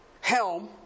helm